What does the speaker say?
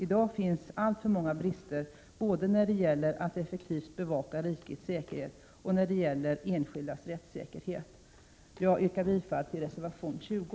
I dag finns alltför många brister både när det gäller att effektivt bevaka rikets säkerhet och när det gäller enskildas rättssäkerhet. Jag yrkar bifall till reservation 20.